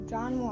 John